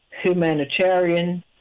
humanitarian